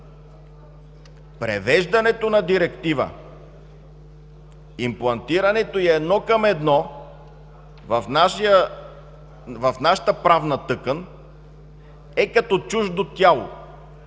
Превеждането на директива, имплантирането й едно към едно към нашата правна култура е като чуждо тяло